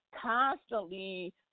constantly